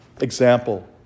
example